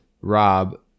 Rob